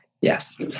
Yes